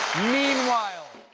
meanwhile!